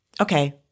okay